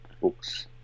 books